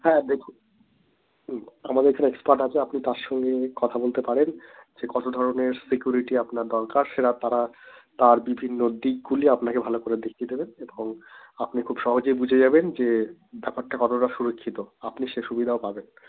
হ্যাঁ দেখুন হুম আমাদের এখানে এক্সপার্ট আছে আপনি তার সঙ্গে কথা বলতে পারেন যে কত ধরনের সিকিউরিটি আপনার দরকার সেটা তারা তার বিভিন্ন দিকগুলি আপনাকে ভালো করে দেখিয়ে দেবেন এবং আপনি খুব সহজেই বুঝে যাবেন যে ব্যাপারটা কতটা সুরক্ষিত আপনি সে সুবিধাও পাবেন